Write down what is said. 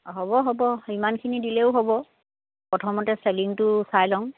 হ'ব হ'ব সিমানখিনি দিলেও হ'ব প্ৰথমতে চেলিংটো চাই ল'ম